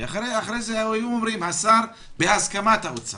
כי אחרי זה אומרים: השר בהסכמת האוצר.